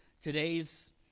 Today's